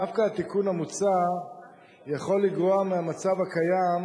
דווקא התיקון המוצע יכול לגרוע מהמצב הקיים,